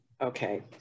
okay